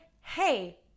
hey